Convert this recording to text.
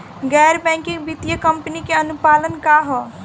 गैर बैंकिंग वित्तीय कंपनी के अनुपालन का ह?